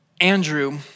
Andrew